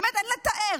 באמת, אין לתאר.